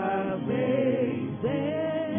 amazing